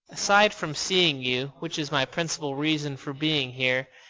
aside from seeing you, which is my principal reason for being here,